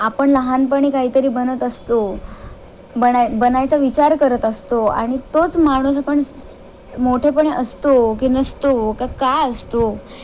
आपण लहानपणी काहीतरी बनत असतो बनाय बनायचा विचार करत असतो आणि तोच माणूस आपण मोठेपणे असतो की नसतो का का असतो